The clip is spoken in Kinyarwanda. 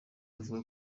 avuga